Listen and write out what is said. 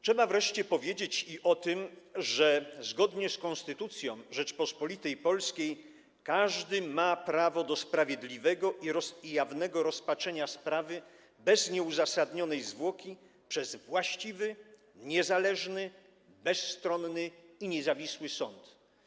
Trzeba wreszcie powiedzieć i o tym, że zgodnie z Konstytucją Rzeczypospolitej Polskiej każdy ma prawo do sprawiedliwego i jawnego rozpatrzenia sprawy bez nieuzasadnionej zwłoki przez właściwy, niezależny, bezstronny i niezawisły sąd.